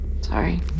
sorry